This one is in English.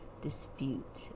dispute